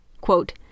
quote